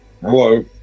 Hello